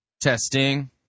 Testing